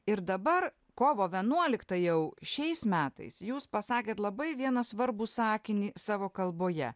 ir dabar kovo vienuoliktą jau šiais metais jūs pasakėt labai vieną svarbų sakinį savo kalboje